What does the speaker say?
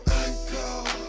uncle